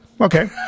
Okay